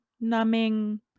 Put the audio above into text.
numbing